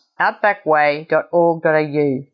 outbackway.org.au